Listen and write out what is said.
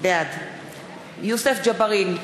בעד יוסף ג'בארין,